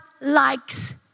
likes